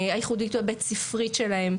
הייחודית הבית-ספרית שלהם.